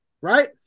right